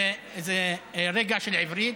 המשפט האחרון, ובזה אני מסיים, זה רגע של עברית: